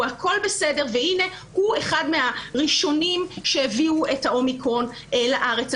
והנה הוא אחד מהראשונים שהביאו את ה-אומיקרון לארץ.